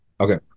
okay